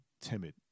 timid